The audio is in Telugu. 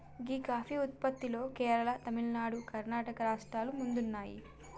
గీ కాఫీ ఉత్పత్తిలో కేరళ, తమిళనాడు, కర్ణాటక రాష్ట్రాలు ముందున్నాయి